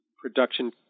production